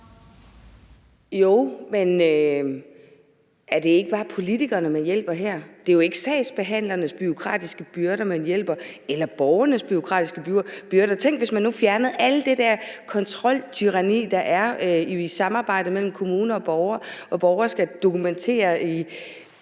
Jo, men er det ikke bare politikerne, man hjælper her? Det er jo ikke sagsbehandlernes bureaukratiske byrder man fjerner, eller borgernes bureaukratiske byrder. Tænk, hvis man nu fjernede hele det der kontroltyranni, der er i samarbejdet mellem kommuner og borgere, hvor borgere skal dokumentere i